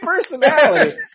personality